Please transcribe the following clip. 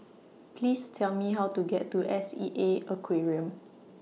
Please Tell Me How to get to S E A Aquarium